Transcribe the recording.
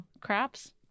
craps